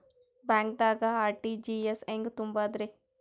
ಬ್ಯಾಂಕ್ದಾಗ ಆರ್.ಟಿ.ಜಿ.ಎಸ್ ಹೆಂಗ್ ತುಂಬಧ್ರಿ?